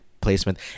placement